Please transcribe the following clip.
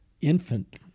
infant